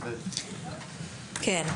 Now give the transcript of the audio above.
כן.